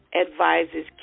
advises